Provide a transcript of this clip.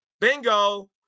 Bingo